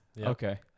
Okay